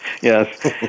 Yes